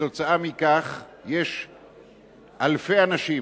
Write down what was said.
כתוצאה מכך יש אלפי אנשים